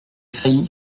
failli